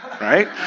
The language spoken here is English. right